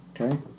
Okay